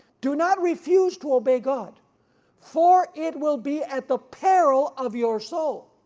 do not refuse to obey god for it will be at the peril of your soul,